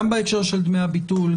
גם בהקשר של דמי הביטול,